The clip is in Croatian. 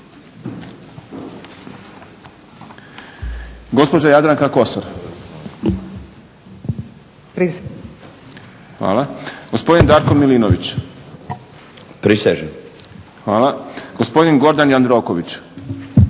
Gospođa Jadranka Kosor-prisežem, gospodin Darko Milinović-prisežem. Hvala. Gospodin Gordan Jandroković-prisežem.